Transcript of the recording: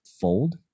fold